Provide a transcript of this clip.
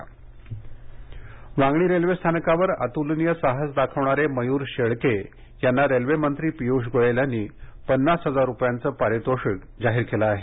मयर शेळके पारितोषिक वांगणी रेल्वेस्थानकावर अतुलनीय साहस दाखवणारे मयूर शेळके यांना रेल्वेमंत्री पियूष गोयल यांनी पन्नास हजार रुपयांचं पारितोषिक जाहीर केलं आहे